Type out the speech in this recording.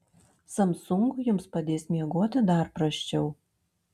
samsung jums padės miegoti dar prasčiau